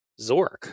Zork